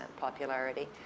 popularity